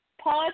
pause